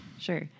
Sure